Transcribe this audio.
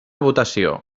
votació